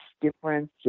difference